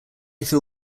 feel